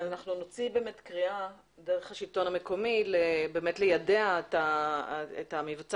אנחנו נוציא קריאה דרך השלטון המקומי ליידע על המבצע